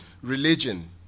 religion